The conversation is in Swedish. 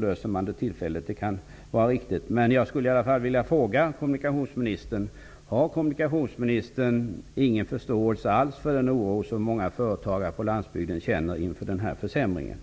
löser det tillfälligt genom att lantbrevbäraren skall tillbaka igen. Jag skulle vilja fråga kommunikationsministern: Har kommunikationsministern ingen förståelse alls för den oro som många företagare på landsbygden känner inför den här försämringen?